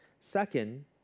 Second